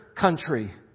country